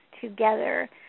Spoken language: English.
together